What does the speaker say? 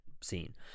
scene